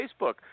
Facebook